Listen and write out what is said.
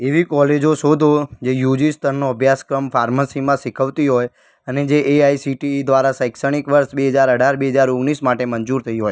એવી કૉલેજ શોધો જે યુ જી સ્તરનો અભ્યાસક્રમ ફાર્મસીમાં શીખવતી હોય અને જે A I C T E દ્વારા શૈક્ષણિક વર્ષ બે હજાર અઢાર બે હજાર ઓગણીસ માટે મંજૂર થઈ હોય